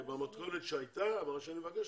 במתכונת שהייתה ואני מבקש,